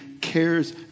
cares